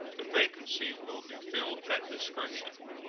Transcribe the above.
the vacancy will be filled at discretion.